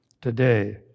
today